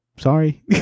sorry